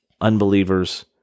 unbelievers